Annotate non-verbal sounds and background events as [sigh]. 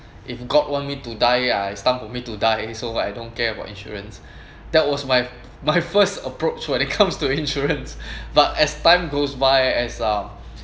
if god want me to die I it's time for me to die so what I don't care about insurance that was my my first [laughs] approach when it comes to insurance but as time goes by as uh